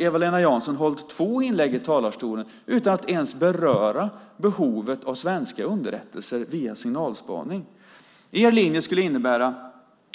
Eva-Lena Jansson har nu gjort två inlägg utan att ens beröra behovet av svenska underrättelser via signalspaning. Er linje skulle innebära